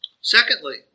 Secondly